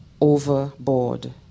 overboard